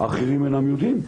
האחרים אינם יודעים.